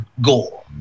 gore